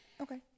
Okay